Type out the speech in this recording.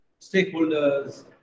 stakeholders